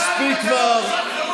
מספיק כבר.